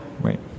Right